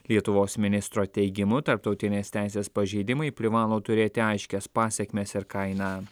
lietuvos ministro teigimu tarptautinės teisės pažeidimai privalo turėti aiškias pasekmes ir kainą